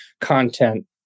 content